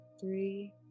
three